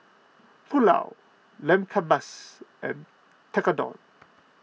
Pulao Lamb Kebabs and Tekkadon